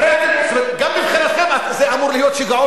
הרי גם מבחינתכם זה אמור להיות שיגעון